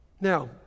Now